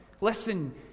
Listen